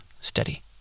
steady